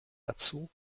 dazu